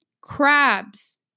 crabs